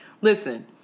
Listen